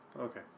Okay